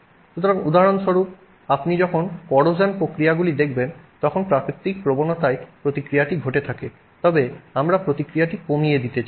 সুতরাং উদাহরণস্বরূপ আপনি যখন কড়োশন প্রক্রিয়াগুলি দেখবেন তখন প্রাকৃতিক প্রবণতায় প্রতিক্রিয়াটি ঘটে থাকে তবে আমরা প্রতিক্রিয়াটি কমিয়ে দিতে চাই